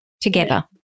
together